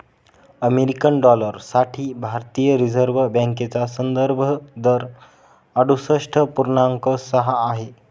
American dollar साठी भारतीय reserve बँकेचा संदर्भ दर अडुसष्ठ पूर्णांक सहा आहे